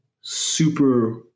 Super